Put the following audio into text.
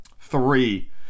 Three